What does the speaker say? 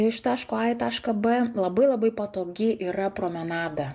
iš taško a į tašką b labai labai patogi yra promenada